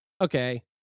Okay